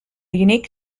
unique